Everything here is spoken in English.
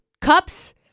cups